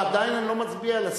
עדיין אני לא מצביע על הסעיף.